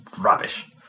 rubbish